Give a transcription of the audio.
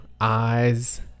eyes